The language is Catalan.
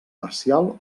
parcial